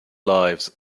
lives